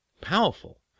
powerful